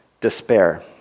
despair